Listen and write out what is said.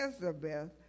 Elizabeth